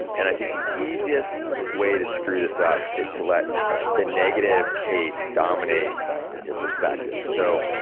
and, i think the easiest way to screw this up is to let the negative case dominate your perspective. so,